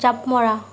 জাঁপ মৰা